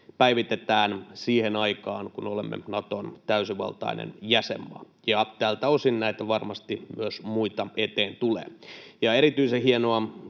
päivitetään siihen aikaan, kun olemme Naton täysivaltainen jäsenmaa. Tältä osin varmasti myös muita eteen tulee. Erityisen hienolta